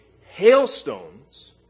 hailstones